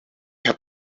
heb